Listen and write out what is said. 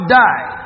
die